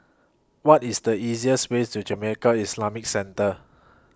What IS The easiest Way to Jamiyah Islamic Centre